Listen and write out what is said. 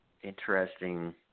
Interesting